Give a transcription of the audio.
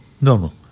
normal